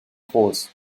groß